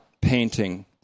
painting